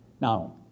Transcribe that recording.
Now